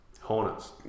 Hornets